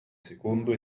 secondo